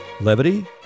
levity